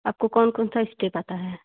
आपको कौन कौन सा स्टेप आता है